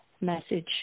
message